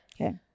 Okay